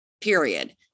period